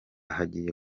hagiye